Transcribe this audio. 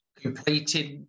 completed